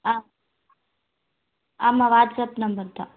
ஆ ஆமாம் WhatsApp number தான்